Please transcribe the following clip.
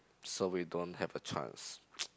so we don't have a chance